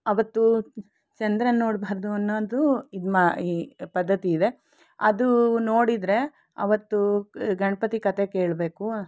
ಅವತ್ತು ಚಂದ್ರನ್ನ ನೋಡ್ಬಾರ್ದು ಅನ್ನೋದು ಇದು ಮಾ ಈ ಪದ್ಧತಿ ಇದೆ ಅದು ನೋಡಿದ್ರೆ ಆವತ್ತು ಗಣಪತಿ ಕಥೆ ಕೇಳ್ಬೇಕು